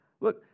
Look